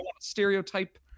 stereotype